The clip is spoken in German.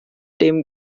dem